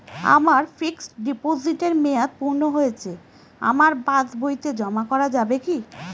আমার ফিক্সট ডিপোজিটের মেয়াদ পূর্ণ হয়েছে আমার পাস বইতে জমা করা যাবে কি?